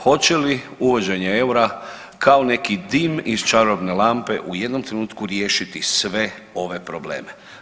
Hoće li uvođenje eura kao neki dim iz čarobne lampe u jednom trenutku riješiti sve ove probleme?